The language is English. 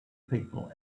people